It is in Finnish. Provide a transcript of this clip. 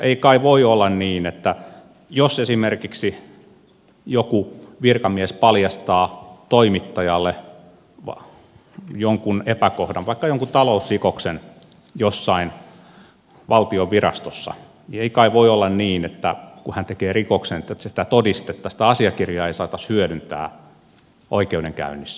ei kai voi olla niin että jos esimerkiksi joku virkamies paljastaa toimittajalle jonkun epäkohdan vaikka jonkun talousrikoksen jossain valtion virastossa niin kun hän tekee rikoksen niin sitä todistetta sitä asiakirjaa ei saataisi hyödyntää oikeudenkäynnissä